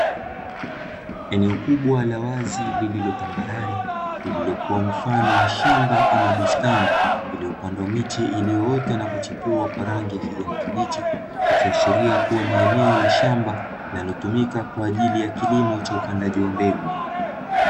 Eneo kubwa la wazi lililo tamblale lililokuwa mfano wa shamba ama bustani, lililopandwa miche iliyoota na kuchipua kwa rangi ya kijani kibichi likiashiria kuwa ni eneo la shamba linalotumika kwa ajili ya kilimo cha upandaji wa mbegu.